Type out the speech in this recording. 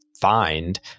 find